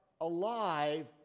alive